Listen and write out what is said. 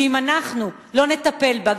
שאם אנחנו לא נטפל בה,